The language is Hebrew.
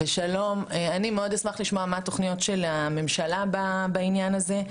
אני אשמח לשמוע מה התוכניות של הממשלה בעניין הזה,